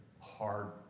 hard